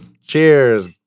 Cheers